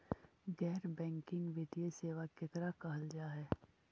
गैर बैंकिंग वित्तीय सेबा केकरा कहल जा है?